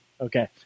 Okay